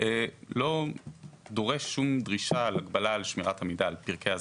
לא דורש שום דרישה על הגבלה על שמירת המידע לפרקי הזמן.